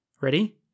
ready